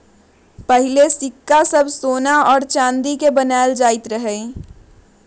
पहिले सिक्का सभ सोना आऽ चानी के बनाएल जाइत रहइ